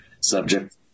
subject